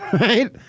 Right